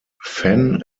fenn